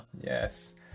Yes